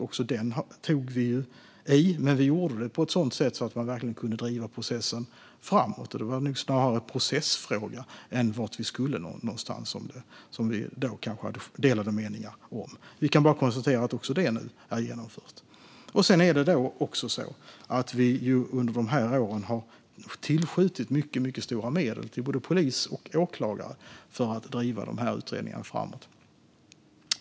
Också den tog vi i, men vi gjorde det på ett sådant sätt att man verkligen kunde driva processen framåt. Det var nog snarare en processfråga än en fråga om vart någonstans vi skulle som vi hade delade meningar om. Vi kan bara konstatera att också detta nu är genomfört. Under de här åren har vi också tillskjutit mycket stora medel till både polis och åklagare för att driva utredningarna framåt.